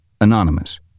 Anonymous